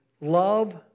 love